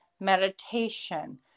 meditation